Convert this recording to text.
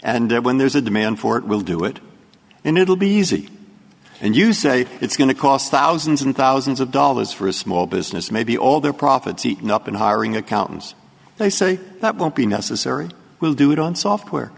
and when there's a demand for it we'll do it and it'll be easy and you say it's going to cost thousands and thousands of dollars for a small business maybe all their profits eaten up in hiring accountants they say that won't be necessary we'll do it on software